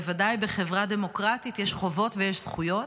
בוודאי בחברה דמוקרטית יש חובות ויש זכויות.